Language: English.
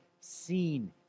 seen